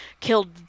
killed